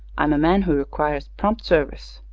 i'm a man who requires prompt service.